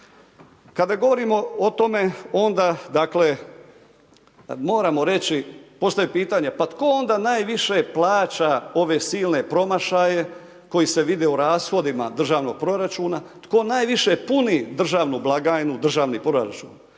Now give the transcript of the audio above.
Kada govorimo o tome, onda dakle moramo reći, postavit pitanje, pa tko onda najviše plaća ove silne promašaje koji se vide u rashodima državnog proračuna, tko najviše puni državnu blagajnu, državni proračun.